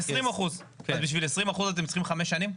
20%. אז בשביל 20% אתם צריכים חמש שנים?